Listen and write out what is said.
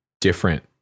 different